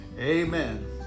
Amen